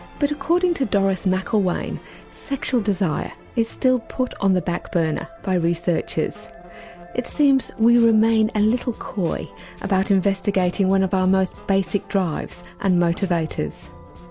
but according to doris mcillwain sexual desire is still put on the back-burner by researchers. it seems we remain a and little coy about investigating one of our most basic drives and motivators.